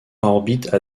orbite